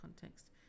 context